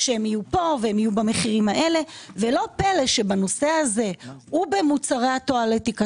שיהיו מפה ובמחירים האלה ולא פלא שבנושא הזה ובמוצרי הטואלטיקה